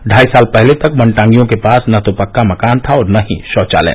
ढाई साल पहले तक वनटागियों के पास न तो पक्का मकान था और न ही शौचालय